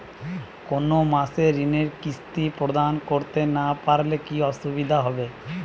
কোনো মাসে ঋণের কিস্তি প্রদান করতে না পারলে কি অসুবিধা হবে?